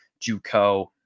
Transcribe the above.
JUCO